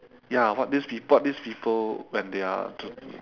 ya what these peop~ what these people when they are